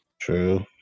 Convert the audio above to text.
true